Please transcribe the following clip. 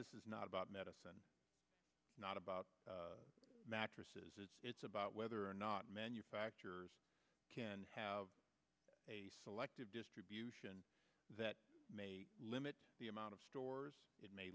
this is not about medicine not about mattresses it's about whether or not manufacturers can have a selective distribution that may limit the amount of stores it may